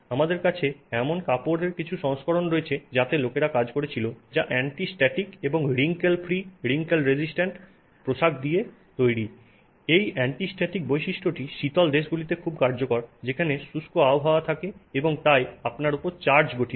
আমাদের কাছে এমন কাপড়ের কিছু সংস্করণ রয়েছে যাতে লোকেরা কাজ করছে যা অ্যান্টি স্ট্যাটিক এবং রিঙ্কেল ফ্রি রিঙ্কেল রেজিস্ট্যান্ট পোশাক দিয়ে তৈরি এই অ্যান্টি স্ট্যাটিক বৈশিষ্ট্যটি শীতল দেশগুলিতে খুব কার্যকর যেখানে শুষ্ক আবহাওয়া থাকে এবং তাই আপনার উপর চার্জ তৈরি হয়